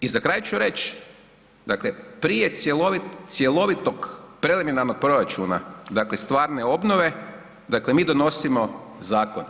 I za kraj ću reći, dakle, prije cjelovitog preliminarnog proračuna, dakle stvarne obnove, dakle mi donosimo zakon.